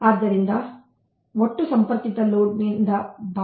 ಆದ್ದರಿಂದ ಇದು ಒಟ್ಟು ಸಂಪರ್ಕಿತ ಲೋಡ್ಗೆ ಸಿಸ್ಟಮ್ನ ಗರಿಷ್ಠ ಬೇಡಿಕೆಯ ಅನುಪಾತವಾಗಿದೆ